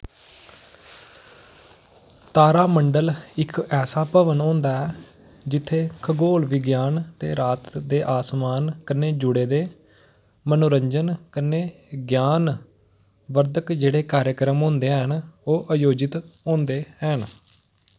तारामंडल इक ऐसा भवन होंदा ऐ जित्थें खगोल विज्ञान दे रात दे आसमान कन्नै जुड़े दे मनोरंजन कन्नै ज्ञान वर्धक जेह्ड़े कार्यक्रम होंदे हैन ओह् आयोजित होंदे हैन